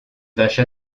vache